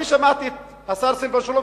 אני שמעתי את השר סילבן שלום,